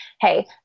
Hey